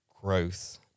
growth